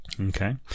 Okay